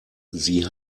sie